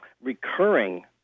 recurring